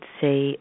say